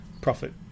profit